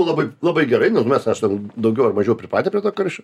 labai labai gerai nes mes aš ten daugiau ar mažiau pripratę prie to karščio